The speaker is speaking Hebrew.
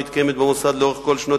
המתקיימת במוסד לאורך כל שנות